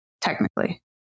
technically